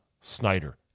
Snyder